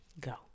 go